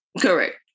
Correct